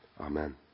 Amen